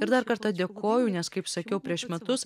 ir dar kartą dėkoju nes kaip sakiau prieš metus